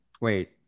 Wait